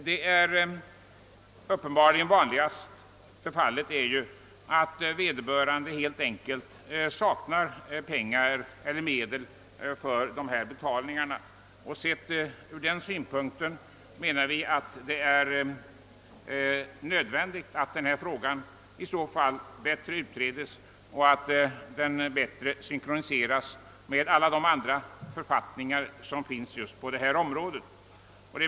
Det uppenbarligen vanligaste fallet är ju att vederbörande helt enkelt saknar medel för dessa betalningar. Sett ur den synpunkten menar vi att det är nödvändigt att denna fråga bättre utreds och synkroniseras med alla de författningar som finns just på detta område.